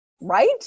right